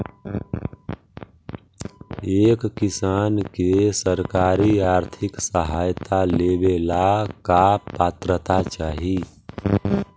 एक किसान के सरकारी आर्थिक सहायता लेवेला का पात्रता चाही?